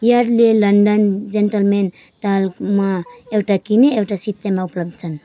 Yardley London gentleman टाल्कमा एउटा किने एउटा सित्तैमा उपलब्ध छन्